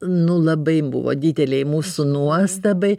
nu labai buvo didelei mūsų nuostabai